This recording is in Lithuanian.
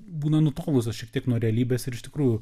būna nutolusios šiek tiek nuo realybės ir iš tikrųjų